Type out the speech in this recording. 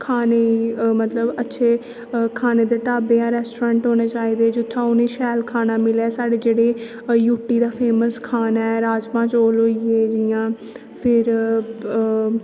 खाने गी मतलब अच्छे खाने दे ढाबे बगैरा रेस्ट्रोरेंट होने चाहिदे जित्थे उंहेगी शैल खाना मिले साढ़े जेहडे़ यूटी दा फैमस खाना ऐ राजमां चौल होई गे जियां फिर ओह्